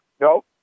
Nope